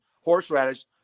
horseradish